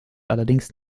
allerdings